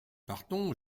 partons